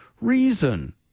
Reason